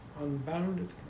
unbounded